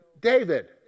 David